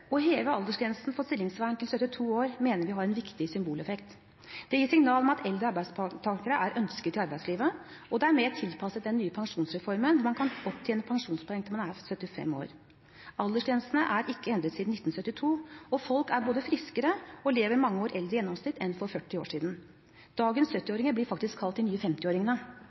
Å heve aldersgrensen for stillingsvern til 72 år mener vi har en viktig symboleffekt. Det gir et signal om at eldre arbeidstakere er ønsket i arbeidslivet, og det er mer tilpasset den nye pensjonsreformen, der man kan opptjene pensjonspoeng til man er 75 år. Aldersgrensene er ikke endret siden 1972, og folk er både friskere og lever mange år lenger i gjennomsnitt enn for 40 år siden. Dagens 70-åringer blir faktisk kalt de nye